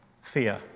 fear